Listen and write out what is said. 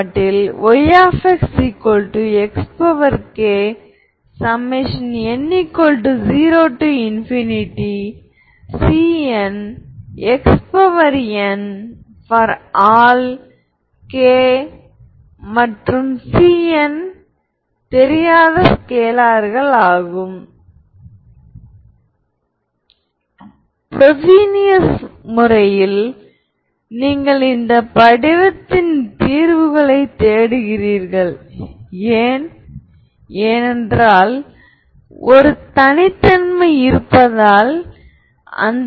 viλv v இங்கே v vஆனது v v இன் டாட் ப்ரோடக்ட் ஐக் குறிக்கிறது இப்போது நீங்கள் Av v v Av ஏனெனில் A ஹெர்மிடியன்